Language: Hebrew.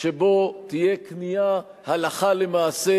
שבו תהיה קנייה, הלכה למעשה,